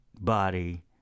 body